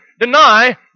deny